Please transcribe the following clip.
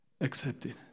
accepted